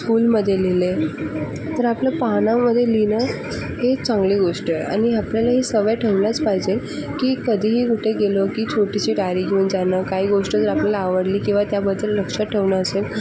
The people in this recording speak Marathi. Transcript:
स्कुलमध्ये लिहिलंय तर आपलं पानामध्ये लिहिणं ही चांगली गोष्ट आहे आणि आपल्याला ही सवय ठेवलंच पाहिजे की कधीही कुठे गेलो की छोटीशी डायरी घेऊन जाणं काही गोष्ट जर आपल्याला आवडली किंवा त्याबद्दल लक्षात ठेवणं असेल